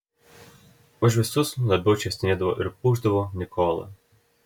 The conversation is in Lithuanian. už visus labiau čia stenėdavo ir pūkšdavo nikola